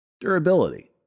Durability